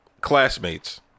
classmates